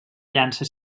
llança